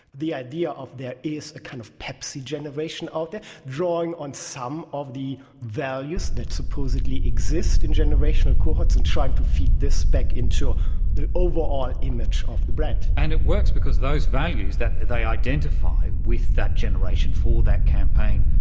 the idea of there is a kind of pepsi generation out there, drawing on some of the values that supposedly exist in generational cohorts and trying to feed this back into the overall image of the brand. and it works because those values that they identify with that generation, for that campaign,